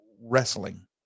wrestling